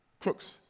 crooks